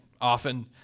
often